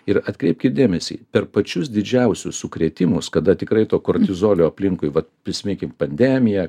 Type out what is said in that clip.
ir atkreipkit dėmesį per pačius didžiausius sukrėtimus kada tikrai to kortizolio aplinkui vat prismeikim pandemija